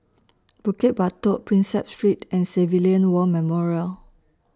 Bukit Batok Prinsep Street and Civilian War Memorial